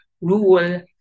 rule